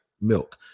milk